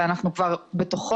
ואנחנו כבר בתוכו,